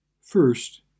First